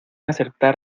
acertar